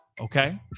okay